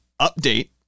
update